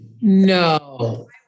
no